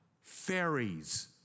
fairies